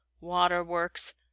waterworks